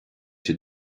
siad